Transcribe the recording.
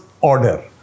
order